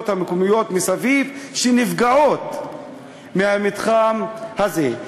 המקומיות מסביב שנפגעות מהמתחם הזה.